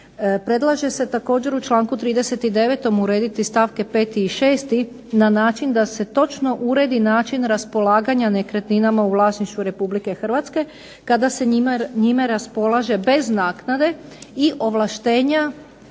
Predlaže se također u članku 39. urediti stavke 5. i 6. na način da se točno uredi način raspolaganja nekretninama u vlasništvu Republike Hrvatske kada se njime raspolaže bez naknade i ovlaštenja